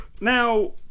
Now